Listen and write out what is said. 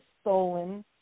stolen